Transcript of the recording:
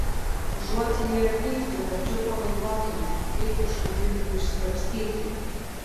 užuot lieję pyktį verčiau pagalvokime kaip iš tų pinklių išsikapstyti